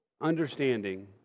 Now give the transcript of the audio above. understanding